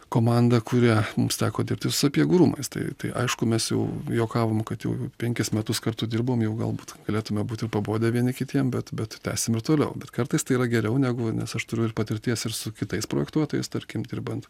komanda kurią mums teko dirbti su sapiegų rūmais tai tai aišku mes jau juokavom kad jau penkis metus kartu dirbom jau galbūt galėtume būt ir pabodę vieni kitiems bet bet tęsim ir toliau bet kartais tai yra geriau negu nes aš turiu ir patirties ir su kitais projektuotojais tarkim dirbant